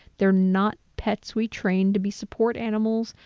they're not pets we trained to be support animals,